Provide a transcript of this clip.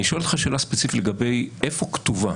אני שואל אותך שאלה ספציפית לגבי איפה כתובה